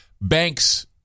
Banks